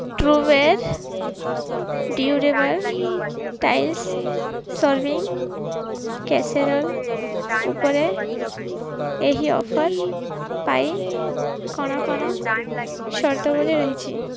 true ware durable styles serving casserole ଉପରେ ଏହି offer ପାଇ କ'ଣ 'କଣ ସର୍ତ୍ତାବଳୀ ରହିଛି